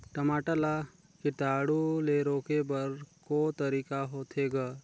टमाटर ला कीटाणु ले रोके बर को तरीका होथे ग?